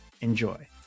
Enjoy